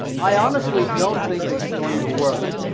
i honestly don't think it's going to work.